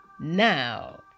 now